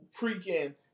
freaking